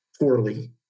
poorly